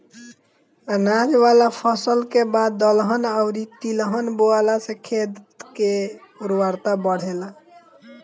अनाज वाला फसल के बाद दलहन अउरी तिलहन बोअला से खेत के उर्वरता बढ़ेला